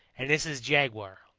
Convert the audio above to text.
and this is jaguar,